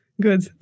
Good